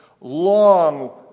long